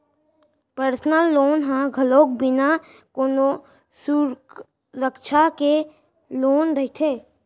personal loan ह घलोक बिना कोनो सुरक्छा के लोन रहिथे